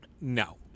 No